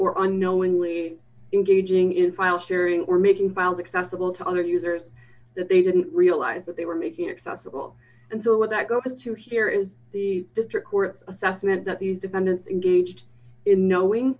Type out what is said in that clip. or unknowingly engaging in file sharing or making files accessible to other users that they didn't realize that they were making accessible and so what that go into here is the district court assessment that these defendants engaged in knowing